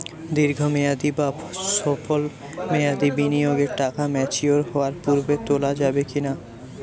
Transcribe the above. দীর্ঘ মেয়াদি বা সল্প মেয়াদি বিনিয়োগের টাকা ম্যাচিওর হওয়ার পূর্বে তোলা যাবে কি না?